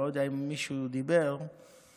אני לא יודע אם מישהו דיבר על זה.